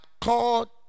called